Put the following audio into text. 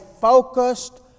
focused